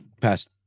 passed